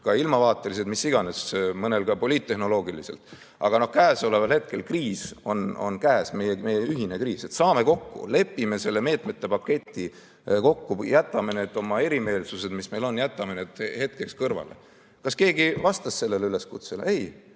ka ilmavaatelised, mis iganes, mõnel ka poliittehnoloogilised, aga kriis on käes, meie ühine kriis, saame kokku, lepime meetmete paketi kokku ja jätame need erimeelsused, mis meil on, hetkeks kõrvale. Kas keegi vastas sellele üleskutsele? Ei!